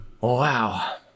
Wow